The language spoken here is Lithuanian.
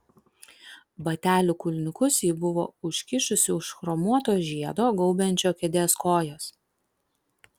batelių kulniukus ji buvo užkišusi už chromuoto žiedo gaubiančio kėdės kojas